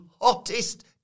hottest